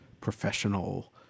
professional